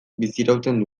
bizirauten